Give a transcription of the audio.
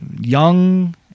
young